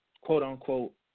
quote-unquote